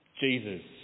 Jesus